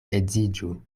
edziĝu